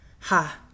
Ha